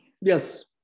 Yes